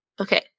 Okay